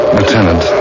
Lieutenant